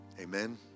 Amen